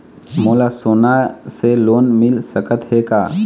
मोला सोना से लोन मिल सकत हे का?